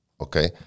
Okay